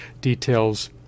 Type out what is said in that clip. details